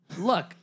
look